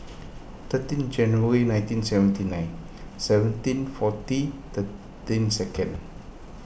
thirteen January nineteen seventy nine seventeen forty thirteen second